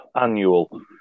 annual